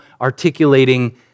articulating